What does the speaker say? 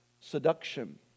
seduction